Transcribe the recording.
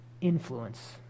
influence